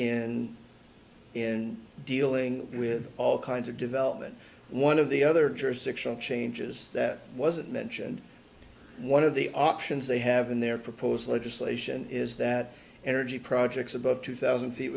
in in dealing with all kinds of development one of the other jurisdictional changes that wasn't mentioned one of the options they have in their proposed legislation is that energy projects above two thousand feet